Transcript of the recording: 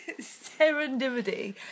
Serendipity